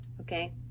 Okay